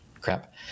crap